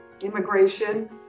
immigration